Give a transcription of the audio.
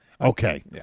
Okay